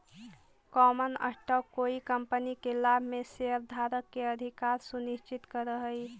common stock कोई company के लाभ में शेयरधारक के अधिकार सुनिश्चित करऽ हई